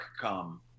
come